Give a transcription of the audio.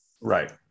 Right